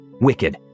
wicked